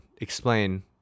explain